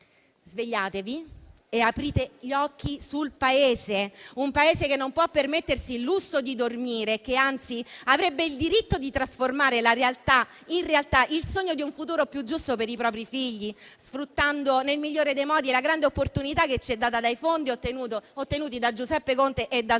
svegliatevi e aprite gli occhi sul Paese! Un Paese che non può permettersi il lusso di dormire, e che, anzi, avrebbe il diritto di trasformare in realtà il sogno di un futuro più giusto per i propri figli, sfruttando nel migliore dei modi la grande opportunità che ci è data dai fondi ottenuti da Giuseppe Conte e dal